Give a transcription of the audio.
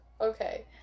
Okay